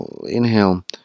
Inhale